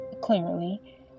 clearly